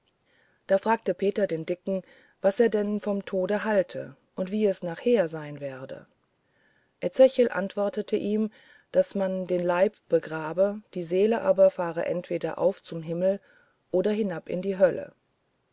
da fragte peter den dicken was er denn vom tod halte und wie es nachher sein werde ezechiel antwortete ihm daß man den leib begrabe die seele aber fahre entweder auf zum himmel oder hinab in die hölle